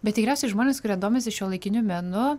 bet tikriausiai žmonės kurie domisi šiuolaikiniu menu